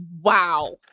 Wow